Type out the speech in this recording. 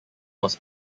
was